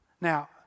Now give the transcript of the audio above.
Now